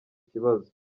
ikibazo